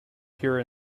pure